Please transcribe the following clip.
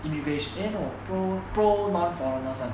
immigration eh no pro pro non foreigners [one]